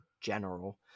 general